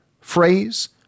phrase